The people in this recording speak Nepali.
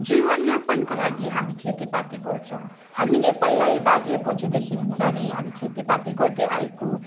जीवनयापनको लागि हामी खेतीपाती गर्छौँ हामीले पहिल्यै बाजेबोजूदेखि हुँदा नै हामी खेतीपाती गर्दैआएको